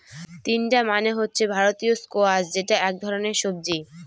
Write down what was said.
তিনডা মানে হচ্ছে ভারতীয় স্কোয়াশ যেটা এক ধরনের সবজি